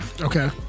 Okay